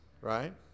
Right